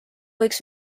võiks